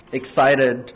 excited